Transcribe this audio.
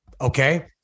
Okay